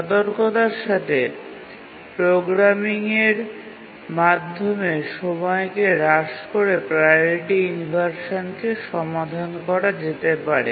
সতর্কতার সাথে প্রোগ্রামিংয়ের মাধ্যমে সময়কে হ্রাস করে প্রাওরিটি ইনভারশানকে সমাধান করা যেতে পারে